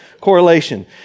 correlation